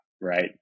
right